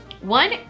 One